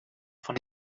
von